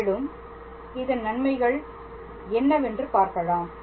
மேலும் இதன் நன்மைகள் என்னவென்று பார்க்கலாம்